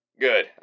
Good